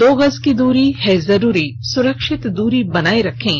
दो गज की दूरी है जरूरी सुरक्षित दूरी बनाए रखें